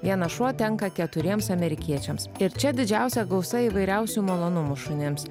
vienas šuo tenka keturiems amerikiečiams ir čia didžiausia gausa įvairiausių malonumų šunims